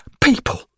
people